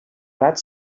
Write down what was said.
blat